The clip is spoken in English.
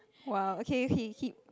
!wow! okay okay hip